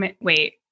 wait